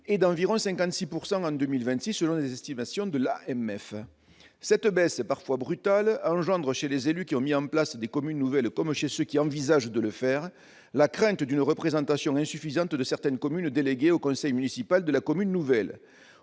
et d'environ 56 % en 2026, selon les estimations de l'AMF. Cette baisse, parfois brutale, engendre, chez les élus qui ont mis en place des communes nouvelles comme chez ceux qui envisagent de le faire, la crainte d'une représentation insuffisante de certaines communes déléguées au conseil municipal de la commune nouvelle.